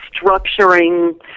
structuring